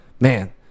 man